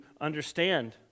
understand